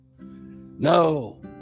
No